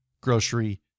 grocery